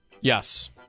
Yes